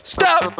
Stop